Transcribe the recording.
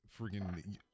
freaking